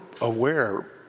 aware